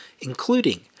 including